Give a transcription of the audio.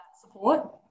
support